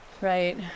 Right